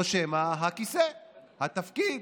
או שמא הכיסא, התפקיד?